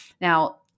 Now